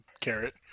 carrot